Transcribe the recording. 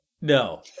No